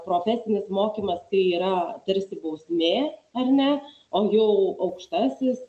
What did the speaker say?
profesinis mokymas tai yra tarsi bausmė ar ne o jau aukštasis